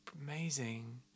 amazing